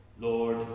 Lord